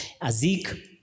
Azik